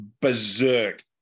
berserk